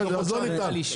בסדר אז לא ניתן,